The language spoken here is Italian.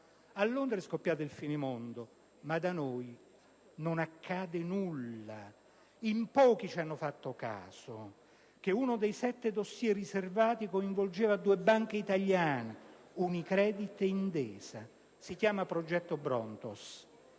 A Londra è scoppiato il finimondo, ma da noi non accade nulla: in pochi hanno notato che uno dei sette *dossier* riservati coinvolgeva due banche italiane: Unicredit e Intesa. Si chiama progetto Brontos